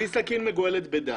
בלי סכין מגואלת בדם.